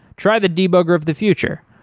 try the debugger of the future,